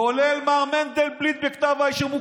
כולל מר מנדלבליט בכתב האישום.